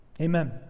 amen